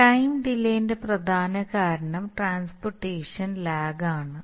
time ഡിലേന്റെ പ്രധാന കാരണം റ്റ്റാൻസ്പർറ്റേഷൻ ലാഗ് ആണ്